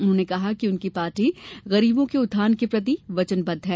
उन्होंने कहा कि उनकी पार्टी गरीबों के उत्थान के प्रति वचनबद्ध है